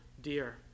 dear